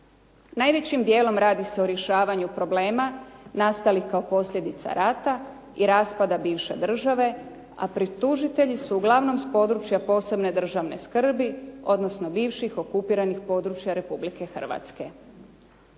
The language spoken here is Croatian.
Najvećim dijelom radi se o rješavanju problema nastalih kao posljedica rata i raspada bivše države, a tužitelji su uglavnom s područja posebne državne skrbi, odnosno bivših okupiranih područja Republike Hrvatske.